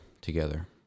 together